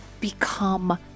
become